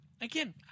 again